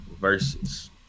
versus